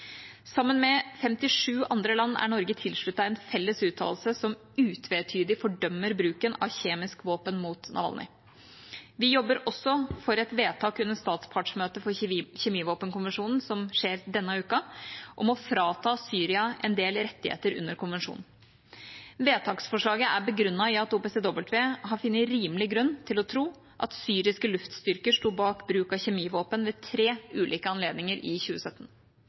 Sammen med 57 andre land er Norge tilsluttet en felles uttalelse som utvetydig fordømmer bruken av et kjemisk våpen mot Navalnyi. Vi jobber også for et vedtak under statspartsmøtet for kjemivåpenkonvensjonen som finner sted denne uka, om å frata Syria en del rettigheter under konvensjonen. Vedtaksforslaget er begrunnet i at OPCW har funnet rimelig grunn til å tro at syriske luftstyrker sto bak bruk av kjemivåpen ved tre ulike anledninger i 2017.